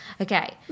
Okay